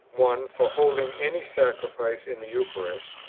one. for holding any sacrifice in the eucharist.